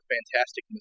Fantastic